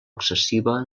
excessiva